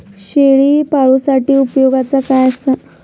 शेळीपाळूसाठी उपयोगाचा काय असा?